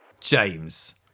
James